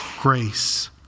grace